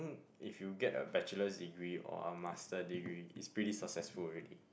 if you get a Bachelor's degree or a Master degree it's pretty successful already